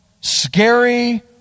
scary